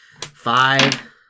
five